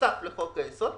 נוסף לחוק היסוד.